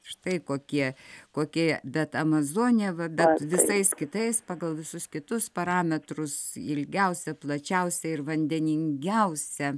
štai kokie kokie bet amazonė va bet visais kitais pagal visus kitus parametrus ilgiausia plačiausia ir vandeningiausia